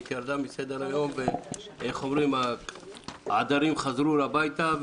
ירדה מסדר היום והעדרים חזרו הביתה.